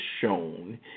shown